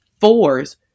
fours